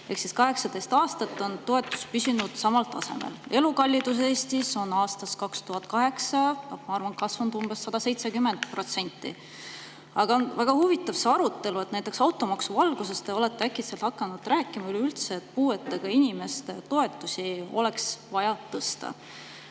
kuus. 18 aastat on toetus püsinud samal tasemel, aga elukallidus Eestis on aastast 2008, ma arvan, kasvanud umbes 170%.Väga huvitav on see arutelu, et näiteks automaksu valguses olete te äkitselt hakanud rääkima sellest, et puuetega inimeste toetusi oleks vaja tõsta.